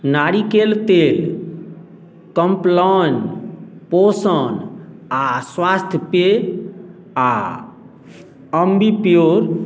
नारिकेल तेल कॉम्प्लान पोषण आओर स्वास्थ्य पेय आओर एम्बिप्योर